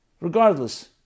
Regardless